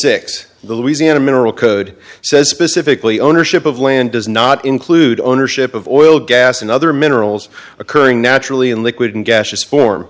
six louisiana mineral code says specifically ownership of land does not include ownership of oil gas and other minerals occurring naturally in liquid and gaseous form